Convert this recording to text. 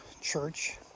church